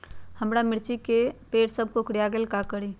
हमारा मिर्ची के पेड़ सब कोकरा गेल का करी?